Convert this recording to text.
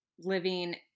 living